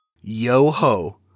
Yo-Ho